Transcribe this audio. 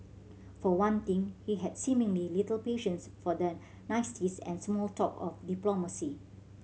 for one thing he had seemingly little patience for the niceties and small talk of diplomacy